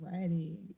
ready